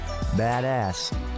badass